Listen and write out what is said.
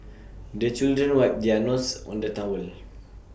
the children wipe their noses on the towel